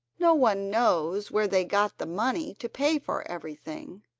no one knows where they got the money to pay for everything,